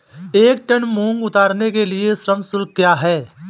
एक टन मूंग उतारने के लिए श्रम शुल्क क्या है?